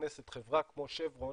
כשנכנסת חברה כמו שברון